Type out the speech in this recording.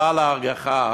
הבא להורגך,